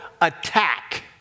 attack